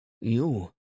You